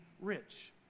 rich